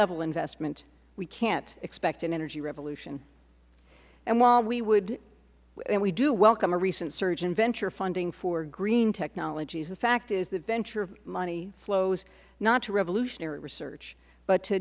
level investment we can't expect an energy revolution and while we would and we do welcome a recent surge in venture funding for green technologies the fact is that venture money flows not to revolutionary research but to